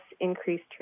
increased